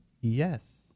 yes